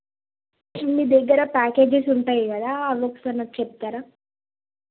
మీ దగ్గర ప్యాకేజెస్ ఉంటాయి కదా అవి ఒకసారి నాకు చెప్తారా